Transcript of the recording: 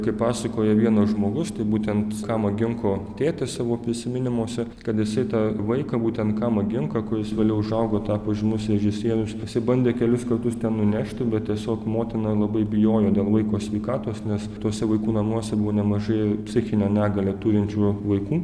kaip pasakoja vienas žmogus tai būtent kama ginko tėtis savo prisiminimuose kad jisai tą vaiką būtent kama ginką kuris vėliau užaugo tapo žymus režisierius jisai bandė kelis kartus ten nunešti bet tiesiog motina labai bijojo dėl vaiko sveikatos nes tuose vaikų namuose buvo nemažai psichinę negalią turinčių vaikų